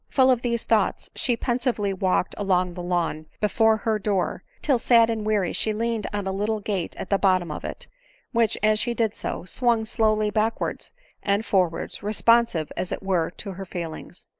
full of these thoughts she pensively walked along the lawn before her door, till sad and weary she leaned on a little gate at the bottom of it which, as she did so, swung slowly backwards and for wards, responsive as it were to her feelings.